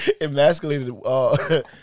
Emasculated